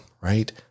right